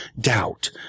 doubt